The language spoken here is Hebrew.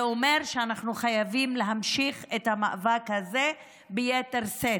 זה אומר שאנחנו חייבים להמשיך את המאבק הזה ביתר שאת.